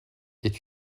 est